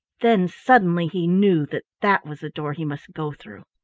then suddenly he knew that that was the door he must go through.